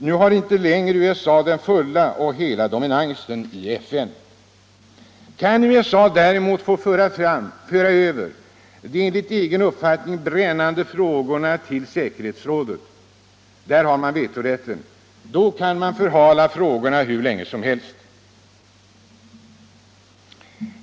Nu har inte längre USA den fulla och hela dominansen i FN. Kan USA däremot få föra över de enligt egen uppfattning brännande frågorna till säkerhetsrådet, där man har vetorätt, då kan man förhala frågorna hur länge som helst.